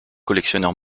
collectionneur